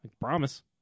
promise